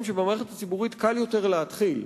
שבמערכת הציבורית קל יותר להתחיל.